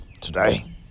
Today